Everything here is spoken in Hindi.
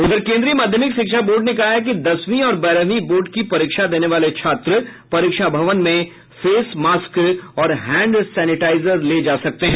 उधर केन्द्रीय माध्यमिक शिक्षा बोर्ड ने कहा है कि दसवीं और बारहवीं बोर्ड की परीक्षा देने वाले छात्र परीक्षा भवन में फेस मास्क और हैंड सेनेटाइजर्स ले जा सकते हैं